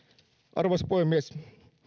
arvoisa puhemies